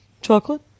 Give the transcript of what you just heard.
chocolate